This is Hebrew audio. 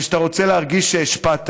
זה שאתה רוצה להרגיש שהשפעת.